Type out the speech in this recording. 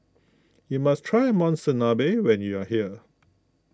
you must try Monsunabe when you are here